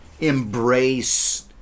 embrace